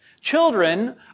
Children